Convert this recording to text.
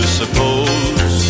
suppose